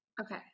Okay